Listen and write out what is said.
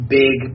big